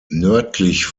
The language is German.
nördlich